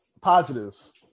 positives